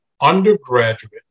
undergraduate